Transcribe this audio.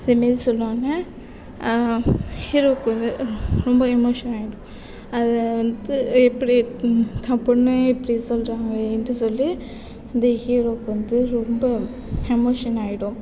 அது மாரி சொன்னவுன்னே ஹீரோவுக்கு வந்து ரொம்ப எமோஷன் ஆகிடும் அது எப்படி தான் பொண்ணே இது மாதிரி சொல்கிறாங்களேனு சொல்லி அந்த ஹீரோவுக்கு வந்து ரொம்ப எமோஷன் ஆகிடும்